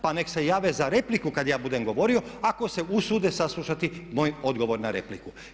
Pa neka se jave za repliku kada ja budem govorio ako se usude saslušati moj odgovor na repliku.